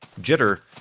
jitter